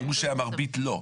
אמרו שמרבית לא.